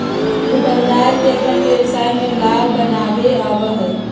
दुकानदार के अपन व्यवसाय में लाभ बनावे आवा हई